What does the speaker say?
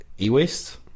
E-waste